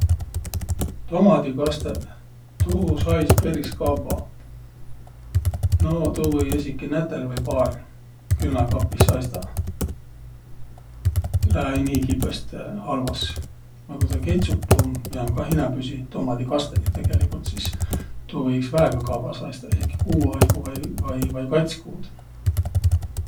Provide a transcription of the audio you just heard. Tomadikastõq, tuu sais peris kavva. No tuu või esiki nätäl vai paar külmäkapih saistaq. Lää-äi nii kipõstõ halvas. A ku tuu ketsup om, miä om kah inämbüisi tomadikastõq jo tegeligult, sis tuu või iks väega kavva saistaq, esiki kuu aigo vai kats kuud.